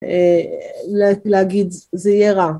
‫להגיד, זה יהיה רע.